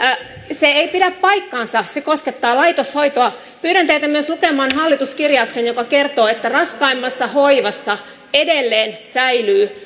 se ei pidä paikkaansa se koskettaa laitoshoitoa pyydän teitä myös lukemaan hallituskirjauksen joka kertoo että raskaimmassa hoivassa edelleen säilyvät